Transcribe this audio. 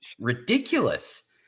Ridiculous